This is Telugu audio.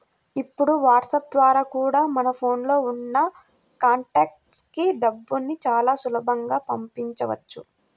ఇప్పుడు వాట్సాప్ ద్వారా కూడా మన ఫోన్ లో ఉన్న కాంటాక్ట్స్ కి డబ్బుని చాలా సులభంగా పంపించవచ్చు